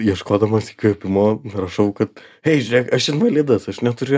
ieškodamas įkvėpimo rašau kad ei žiūrėk aš invalidas aš neturiu